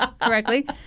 correctly